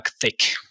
thick